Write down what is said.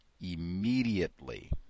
immediately